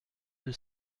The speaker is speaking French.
deux